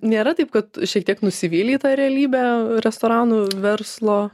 nėra taip kad šiek tiek nusivylei ta realybe restoranų verslo